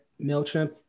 Mailchimp